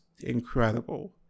incredible